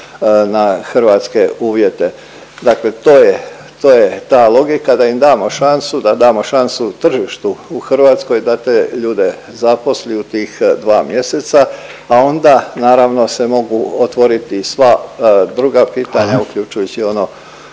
na hrvatske uvjete. Dakle, to je, to je ta logika da im damo šansu, da damo šansu tržištu u Hrvatskoj da te ljude zaposli u tih 2 mjeseca, pa onda naravno se mogu otvoriti i sva druga pitanja… …/Upadica